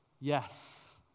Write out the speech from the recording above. yes